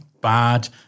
bad